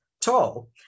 tall